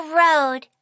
road